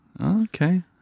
Okay